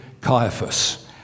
Caiaphas